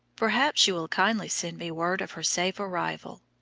perhaps you will kindly send me word of her safe arrival.